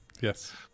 Yes